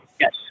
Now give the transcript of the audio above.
Yes